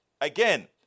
Again